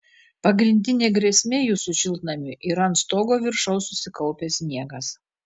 pagrindinė grėsmė jūsų šiltnamiui yra ant stogo viršaus susikaupęs sniegas